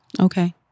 Okay